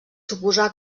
suposà